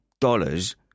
dollars